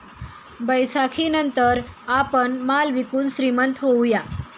बैसाखीनंतर आपण माल विकून श्रीमंत होऊया